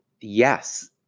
Yes